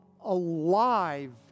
alive